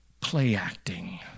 play-acting